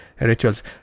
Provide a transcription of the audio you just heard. rituals